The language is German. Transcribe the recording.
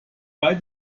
bei